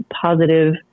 positive